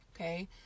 Okay